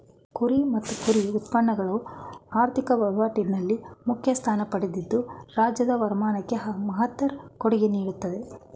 ಕುರಿ ಮತ್ತು ಕುರಿ ಉತ್ಪನ್ನಗಳು ಆರ್ಥಿಕ ವಹಿವಾಟಲ್ಲಿ ಮುಖ್ಯ ಸ್ಥಾನ ಪಡೆದಿದ್ದು ರಾಜ್ಯದ ವರಮಾನಕ್ಕೆ ಮಹತ್ತರ ಕೊಡುಗೆ ನೀಡ್ತಿದೆ